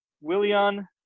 Willian